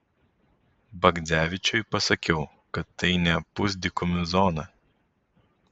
bagdzevičiui pasakiau kad tai ne pusdykumių zona